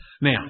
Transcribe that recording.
Now